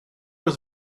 was